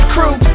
Crew